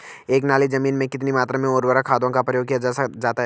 एक नाली जमीन में कितनी मात्रा में उर्वरक खादों का प्रयोग किया जाता है?